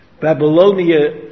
Babylonia